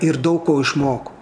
ir daug ko išmoko